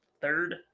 third